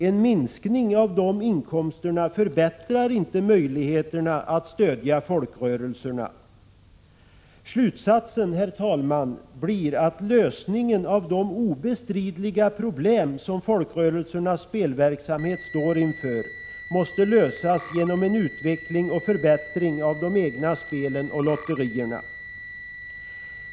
En minskning av de inkomsterna förbättrar inte möjligheterna att stödja folkrörelserna. Slutsatsen blir att lösningen av de obestridliga problem som folkrörelsernas spelverksamhet står inför måste lösas genom utveckling och förbättring av de egna spelen och lotterierna.